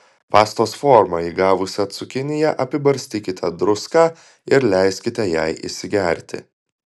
pastos formą įgavusią cukiniją apibarstykite druską ir leiskite jai įsigerti